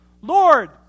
Lord